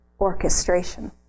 orchestration